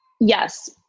Yes